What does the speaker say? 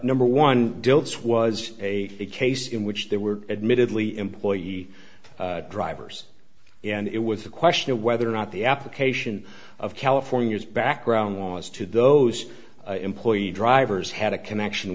number one dilts was a case in which there were admittedly employee drivers and it was the question of whether or not the application of california's background laws to those employed drivers had a connection